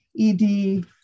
ED